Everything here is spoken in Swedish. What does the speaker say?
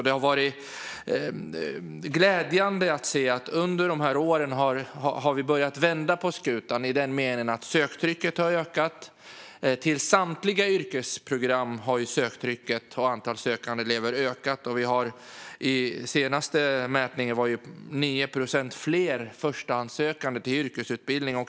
Det har varit glädjande att se att vi under de här åren har börjat vända på skutan i den meningen att söktrycket har ökat. Till samtliga yrkesprogram har antalet sökande elever ökat, och i den senaste mätningen var det 9 procent fler förstahandssökande till yrkesutbildningen.